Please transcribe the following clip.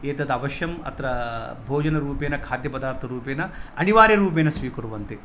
एतद् अवश्यं अत्र भोजनरूपेन खाद्यपदार्थरूपेन अनिवार्यरूपेण स्वीकुर्वन्ति